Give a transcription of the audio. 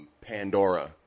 Pandora